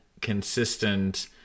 consistent